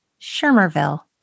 Shermerville